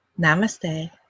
Namaste